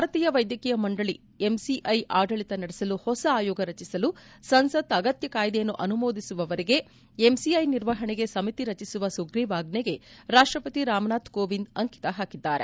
ಭಾರತೀಯ ವೈದ್ವಕೀಯ ಮಂಡಳಿ ಎಂಸಿಐ ಆಡಳಿತ ನಡೆಸಲು ಹೊಸ ಆಯೋಗವನ್ನು ರಚಿಸಲು ಸಂಸತ್ ಅಗತ್ತ ಕಾಯ್ದೆಯನ್ನು ಅನುಮೋದಿಸುವವರೆಗೆ ಎಂಸಿಐ ನಿರ್ವಹಣೆಗೆ ಸಮಿತಿಯನ್ನು ರಚಿಸುವ ಸುಗ್ರೀವಾಜ್ನೆಗೆ ರಾಷ್ಲಪತಿ ರಾಮನಾಥ್ ಕೋವಿಂದ್ ಅಂಕಿತ ಹಾಕಿದ್ದಾರೆ